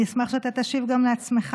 אני אשמח שאתה תשיב גם לעצמך